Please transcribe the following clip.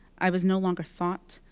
i was no longer thought.